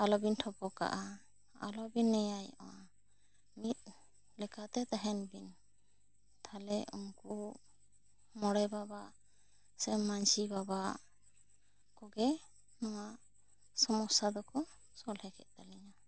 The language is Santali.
ᱟᱞᱚ ᱵᱤᱱ ᱴᱷᱚᱯᱚᱠᱟᱣᱚᱜᱼᱟ ᱟᱞᱚ ᱵᱤᱱ ᱱᱮᱭᱟᱭᱚᱜᱼᱟ ᱢᱤᱫ ᱞᱮᱠᱟᱛᱮ ᱛᱟᱦᱮᱱ ᱵᱤᱱ ᱛᱟᱦᱚᱞᱮ ᱩᱱᱠᱩ ᱢᱚᱬᱮ ᱵᱟᱵᱟ ᱥᱮ ᱢᱟᱺᱡᱷᱤ ᱵᱟᱵᱟ ᱠᱚᱜᱮ ᱱᱚᱣᱟ ᱥᱚᱢᱚᱥᱥᱟ ᱫᱚ ᱠᱚ ᱥᱚᱞᱦᱮ ᱠᱮᱜ ᱛᱟᱹᱞᱤᱧᱟᱹ